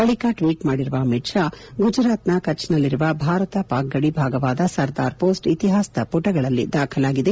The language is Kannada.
ಬಳಕ ಟ್ವೀಟ್ ಮಾಡಿರುವ ಅಮಿತ್ ಷಾ ಗುಜರಾತ್ನ ಕಚ್ನಲ್ಲಿರುವ ಭಾರತ ಪಾಕ್ ಗಡಿಭಾಗವಾದ ಸರ್ದಾರ್ ಪೋಸ್ಟ್ ಇತಿಹಾಸದ ಮಟಗಳಲ್ಲಿ ದಾಖಲಾಗಿದೆ